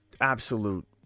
absolute